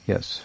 Yes